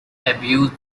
abused